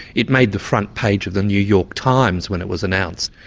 it made the front page of the new york times when it was announced.